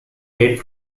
date